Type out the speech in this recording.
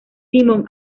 simon